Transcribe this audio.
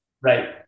Right